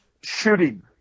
Shooting